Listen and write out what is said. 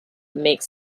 makes